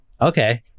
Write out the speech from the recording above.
Okay